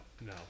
no